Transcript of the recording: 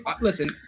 Listen